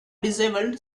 disabled